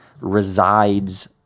resides